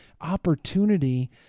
opportunity